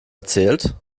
erzählt